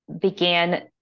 began